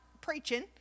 preaching